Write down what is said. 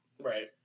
Right